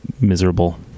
miserable